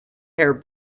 hair